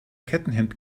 kettenhemd